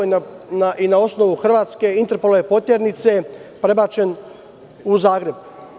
Na osnovu hrvatske Interpolove poternice prebačen je u Zagreb.